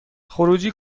خروجی